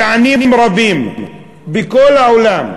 מדענים רבים בכל העולם,